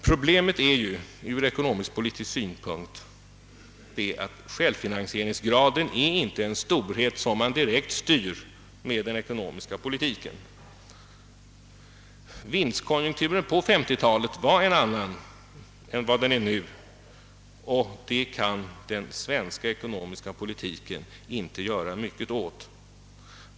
Problemet är ur ekonomisk-politisk synpunkt att självfinansieringsgraden inte är en storhet som man direkt styr med den ekonomiska politiken, Vinstkonjunkturen på 1950-talet var en annan än nu, och det kan den svenska ekonomiska politiken inte inverka mycket på.